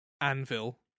Anvil